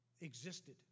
existed